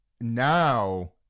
now